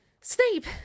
Snape